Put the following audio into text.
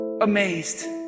amazed